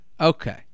Okay